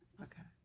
okay.